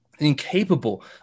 incapable